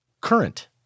current